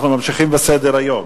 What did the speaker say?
אנחנו ממשיכים בסדר-היום: